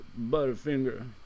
Butterfinger